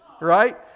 Right